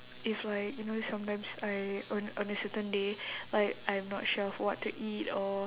if like you know sometimes I on on a certain day like I'm not sure of what to eat or